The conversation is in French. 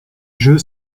jeu